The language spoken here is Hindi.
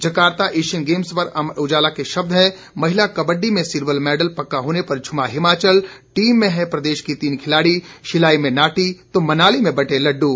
जकारता एशियन गेम्स पर अमर उजाला के शब्द हैं महिला कबड्डी में सिल्वर मेडल पक्का होने पर झूमा हिमाचल टीम में है प्रदेश की तीन खिलाड़ी शिलाई में नाटी तो मनाली में बंटे लड्डू